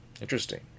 Interesting